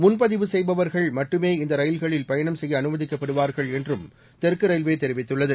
முன்பதிவு செய்பவர்கள் மட்டுமே இந்த ரயில்களில் பயணம் செய்ய அமைதிக்கப்படுவார்கள் என்றும் தெற்கு ரயில்வே தெரிவித்துள்ளது